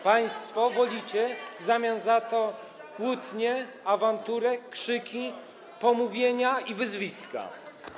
Państwo wolicie w zamian za to kłótnię, awanturę, krzyki, pomówienia i wyzwiska.